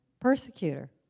persecutor